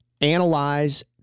analyze